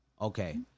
Okay